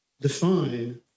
define